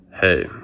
Hey